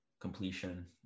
completion